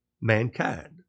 mankind